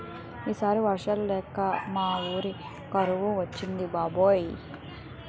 ఈ సారి వర్షాలు లేక మా వూరికి కరువు వచ్చింది బాబాయ్